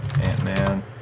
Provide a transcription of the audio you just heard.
Ant-Man